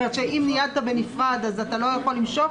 זאת אומרת שאם ניידת בנפרד אז אתה לא יכול למשוך,